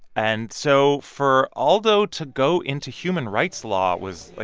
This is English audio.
and so for alldo to go into human rights law was, like,